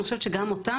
אני חושבת שגם אותם,